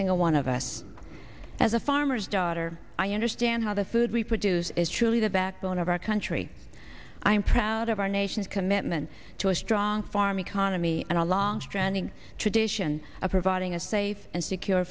single one of us as a farmer's daughter i understand how the food we produce is truly the backbone of our country i am proud of our nation's commitment to a strong farm economy and a long stranding tradition of providing a safe and secure